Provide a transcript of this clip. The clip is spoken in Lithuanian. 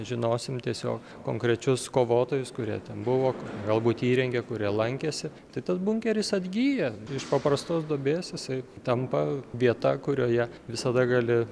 žinosim tiesiog konkrečius kovotojus kurie ten buvo kur galbūt įrengė kurie lankėsi tai tas bunkeris atgyja iš paprastos duobės jisai tampa vieta kurioje visada gali